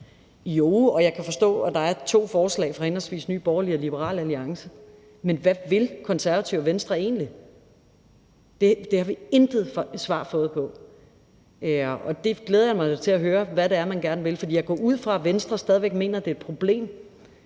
Jo, og jeg kan forstå, at der er to forslag fra Nye Borgerlige og Liberal Alliance, men hvad vil Konservative og Venstre egentlig? Det har vi intet svar fået på. Og jeg glæder mig da til at høre, hvad det er, man gerne vil, for jeg går ud fra, at Venstre stadig mener, at det er et problem,